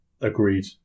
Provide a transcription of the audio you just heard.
Agreed